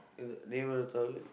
is it name of the